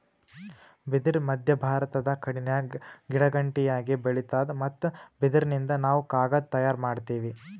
ಬಿದಿರ್ ಮಧ್ಯಭಾರತದ ಕಾಡಿನ್ಯಾಗ ಗಿಡಗಂಟಿಯಾಗಿ ಬೆಳಿತಾದ್ ಮತ್ತ್ ಬಿದಿರಿನಿಂದ್ ನಾವ್ ಕಾಗದ್ ತಯಾರ್ ಮಾಡತೀವಿ